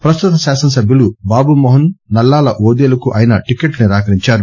ప్రస్తుత శాసనసభ్యులు బాబుమోహన్ నల్లాల ఓదేలుకు ఆయన టిక్కెట్లు నిరాకరించారు